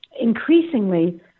Increasingly